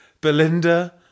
Belinda